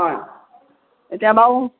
অ এতিয়া বাৰু